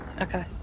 Okay